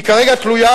היא כרגע תלויה,